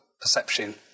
perception